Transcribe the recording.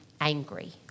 angry